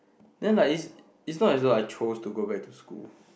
then like it's it's not is like choice to go back to school